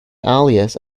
alias